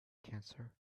cancer